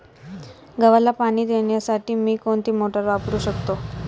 गव्हाला पाणी देण्यासाठी मी कोणती मोटार वापरू शकतो?